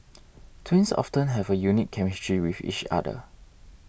twins often have a unique chemistry with each other